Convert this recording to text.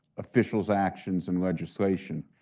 officials' actions in legislation.